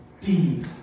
deep